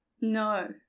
no